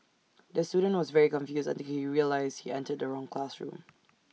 the student was very confused until he realised he entered the wrong classroom